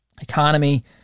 economy